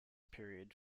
period